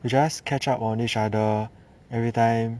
we just catch up on each other everytime